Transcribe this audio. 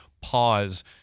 pause